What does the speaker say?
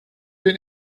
den